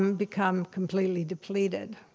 um become completely depleted